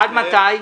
עד מתי?